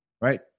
right